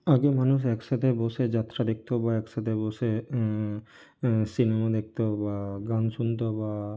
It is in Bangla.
আগে মানুষ একসাথে বসে যাত্রা দেখত বা একসাথে বসে সিনেমা দেখত বা গান শুনত বা